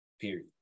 Period